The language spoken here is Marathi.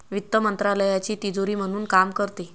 वित्त मंत्रालयाची तिजोरी म्हणून काम करते